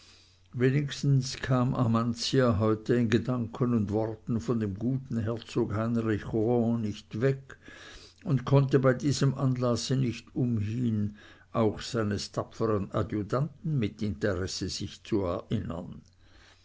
wenigstens kam amantia heute in gedanken und worten von dem guten herzog heinrich rohan nicht weg und konnte bei diesem anlasse nicht umhin auch seines tapfern adjutanten mit interesse sich zu erinnern